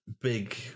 big